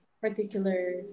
particular